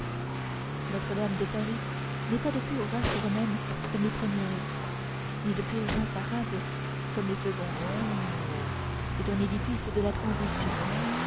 notre-dame de paris n'est pas de pure race romaine comme les premières ni de pure race arabe comme les secondes c'est un édifice de la transition